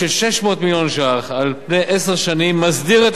מסדיר את הקריטריונים להגדרתם של מקצועות שוחקים,